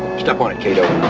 step on it, kato.